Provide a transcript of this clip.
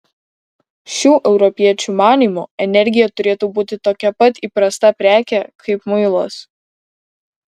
šių europiečių manymu energija turėtų būti tokia pat įprasta prekė kaip muilas